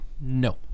No